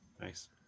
Nice